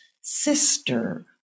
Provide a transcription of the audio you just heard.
sister